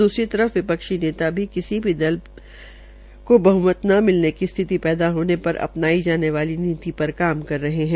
द्सरी तर फ विपक्षी नेता भी किसी भी दल को बहमत ने मिने की स्थिति पैदा होने पर अपनाई जाने वाली नीति पर काम कर रहे है